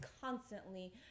constantly